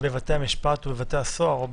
בבתי המשפט או בבתי הסוהר או